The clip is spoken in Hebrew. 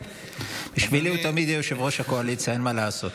בעד, שני מתנגדים, אין נמנעים.